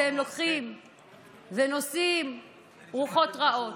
כנפי המהפכה, אתם לוקחים ונושאים רוחות רעות,